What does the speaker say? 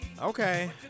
okay